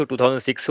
2006